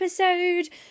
episode